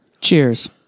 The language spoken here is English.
Cheers